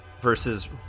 versus